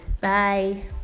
Bye